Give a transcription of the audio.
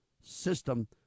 system